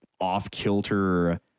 off-kilter